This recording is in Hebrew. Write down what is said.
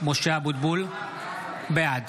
אבוטבול, בעד